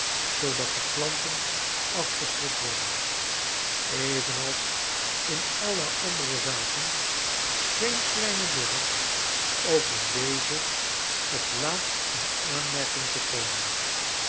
zo'odat de k ian ten afgeschrikt werden j evenals in alle andere zaken scheen kleine dorrit ook in deze hot laatst in aanmerking te komen